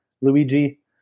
Luigi